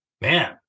man